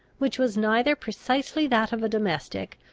which was neither precisely that of a domestic,